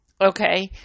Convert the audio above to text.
Okay